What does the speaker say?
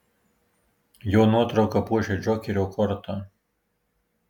jo nuotrauka puošia džokerio kortą